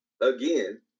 again